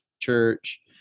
church